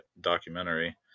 documentary